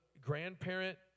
grandparent